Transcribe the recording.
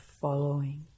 following